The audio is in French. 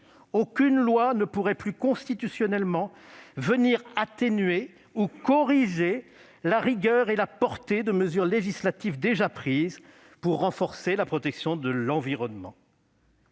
aucune loi ne pourrait plus venir atténuer ou corriger la rigueur et la portée de mesures législatives déjà prises pour renforcer la protection de l'environnement.